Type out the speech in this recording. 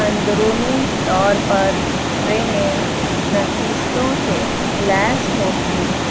اندرونی طور پر ٹرینیں نصیصستوں سے لیس ہوتی ہیں